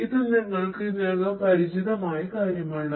ഇത് നിങ്ങൾക്ക് ഇതിനകം പരിചിതമായ കാര്യമാണ്